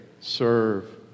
serve